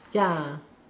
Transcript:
ya